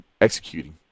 executing